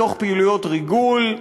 מתוך פעילויות ריגול,